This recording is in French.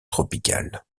tropicale